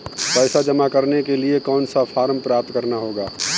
पैसा जमा करने के लिए कौन सा फॉर्म प्राप्त करना होगा?